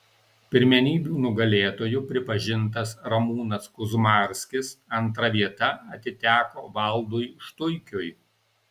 pirmenybių nugalėtoju pripažintas ramūnas kuzmarskis antra vieta atiteko valdui štuikiui